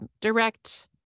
direct